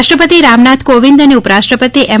રાષ્ટ્રપતિ રામનાથ કોવિંદ અને ઉપરાષ્ટ્રપતિએમ